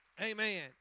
Amen